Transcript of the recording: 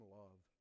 love